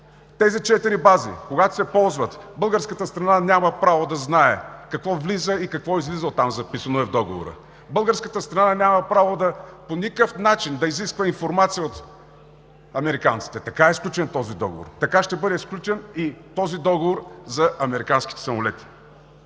Тези четири бази, когато се ползват, българската страна няма право да знае какво влиза и какво излиза оттам, записано е в Договора. Българската страна няма право по никакъв начин да изисква информация от американците. Така е сключен този договор. Така ще бъде сключен и този договор за американските самолети.